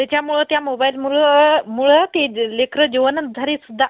त्याच्यामुळं त्या मोबाईलमुलं मुळं ते ज लेकरं जेवनात घरी सुद्धा